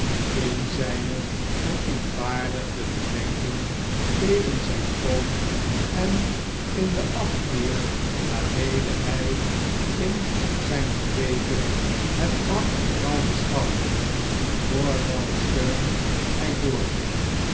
in zijne verontwaardigde verdenking tegen zgn oom en in den afkeer waarmede hij in zn'n geweten het wrakke gebouw beschouwde voor welks steun hij doorging